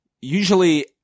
usually